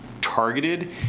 targeted